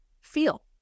feel